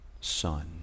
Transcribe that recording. Son